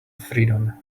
freedom